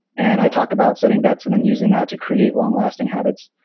and i talked about setting bets and then using that to create long lasting habits,